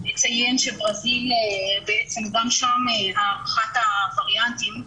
נציין שברזיל בעצם גם שם הערכת הווריאנטים,